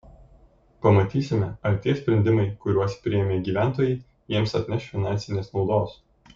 pamatysime ar tie sprendimai kuriuos priėmė gyventojai jiems atneš finansinės naudos